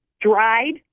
dried